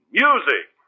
music